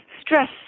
stress